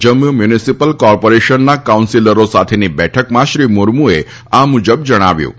Jammu municipal કોર્પોરેશનના કાઉન્સીલરો સાથેની બેઠકમાં શ્રી મુર્મુએ આ મુજબ જણાવ્યું હતું